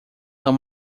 são